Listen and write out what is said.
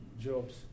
jobs